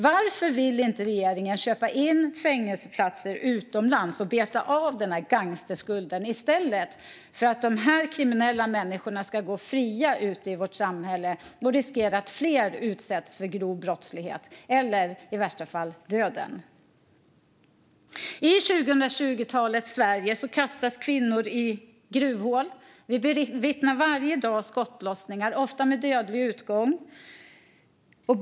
Varför vill inte regeringen köpa in fängelseplatser utomlands och beta av den här gangsterskulden i stället för att dessa kriminella människor går fria ute i vårt samhälle och riskerar att göra så att fler utsätts för grov brottslighet eller, i värsta fall, dör? I 2020-talets Sverige kastas kvinnor i gruvhål. Vi bevittnar varje dag skottlossningar, ofta med dödlig utgång.